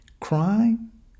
Crime